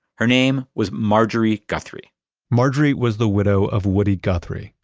her name was marjorie guthrie marjorie was the widow of woody guthrie,